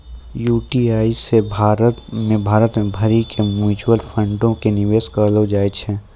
UTI मे भारत भरि के म्यूचुअल फंडो के निवेश करलो जाय छै